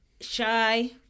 Shy